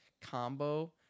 combo